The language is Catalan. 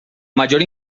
major